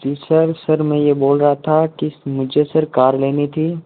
जी sir sir मैं ये बोल रहा था की मुझे सर कार लेनी थी